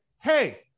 hey